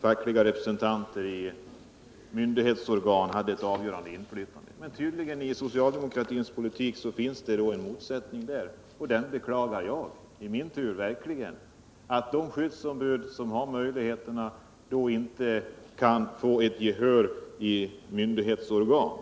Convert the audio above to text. fackliga representanter i myndighetsorgan hade ett avgörande inflytande. Men tydligen finns det i socialdemokratins politik en motsättning. Jag beklagar då verkligen att de skyddsombud som har dessa möjligheter inte kan få gehör i myndighetsorgan.